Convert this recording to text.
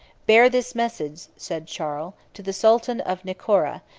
bear this message, said charles, to the sultan of nocera,